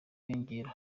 yiyongera